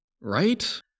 right